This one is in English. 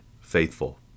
faithful